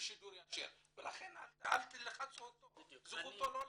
בשידור ישיר לכן אל תלחצו אותו, זכותו לא להגיד.